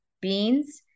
beans